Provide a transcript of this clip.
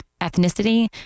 ethnicity